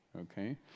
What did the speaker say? okay